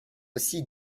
aussi